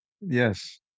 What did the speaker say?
Yes